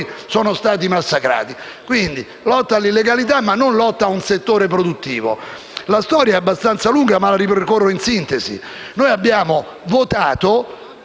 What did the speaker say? sono stati massacrati. Quindi va bene la lotta all'illegalità, ma non la lotta a un settore produttivo. La storia è abbastanza lunga, ma la ripercorro in sintesi: abbiamo votato